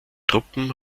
truppen